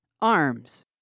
arms